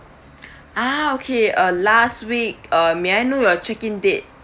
ah okay uh last week uh may I know your check in date